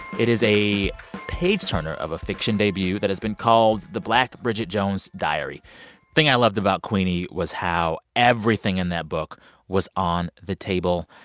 it is a page-turner of a fiction debut that has been called the black bridget jones's diary. the thing i loved about queenie was how everything in that book was on the table.